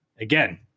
Again